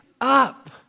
up